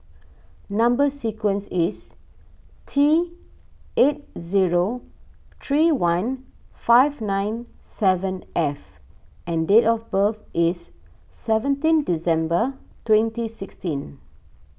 Number Sequence is T eight zero three one five nine seven F and date of birth is seventeen December twenty sixteen